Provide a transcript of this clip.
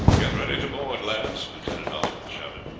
get ready to board, lads! lieutenant oliphant shouted.